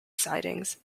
sidings